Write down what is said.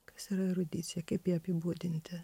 kas yra erudicija kaip ją apibūdinti